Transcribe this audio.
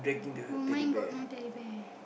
[oh]-my-God no Teddy Bear